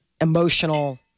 emotional